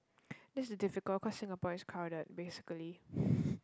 this is difficult cause Singapore is crowded basically